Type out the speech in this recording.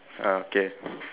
uh okay